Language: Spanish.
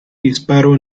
disparo